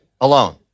Alone